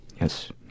Yes